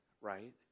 right